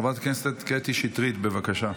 חברת הכנסת קטי שטרית, בבקשה.